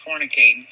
fornicating